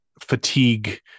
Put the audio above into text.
fatigue